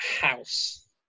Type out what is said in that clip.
House